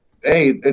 Hey